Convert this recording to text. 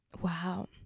Wow